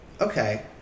Okay